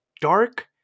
dark